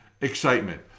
excitement